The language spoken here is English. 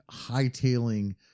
hightailing